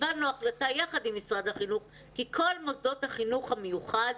קיבלנו החלטה יחד עם משרד החינוך כי כל מוסדות החינוך המיוחד,